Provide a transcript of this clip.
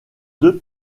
deux